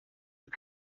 you